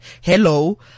hello